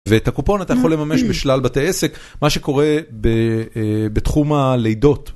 ואת הקופון אתה יכול לממש בשלל בתי עסק מה שקורה בתחום הלידות.